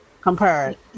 compared